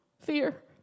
fear